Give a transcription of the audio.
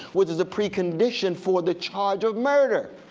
which is a precondition for the charge of murder.